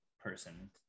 person